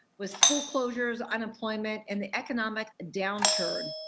with school closures, unemployment, and the economic downturn.